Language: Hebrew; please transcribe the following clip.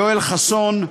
יואל חסון,